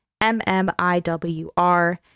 mmiwr